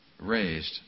raised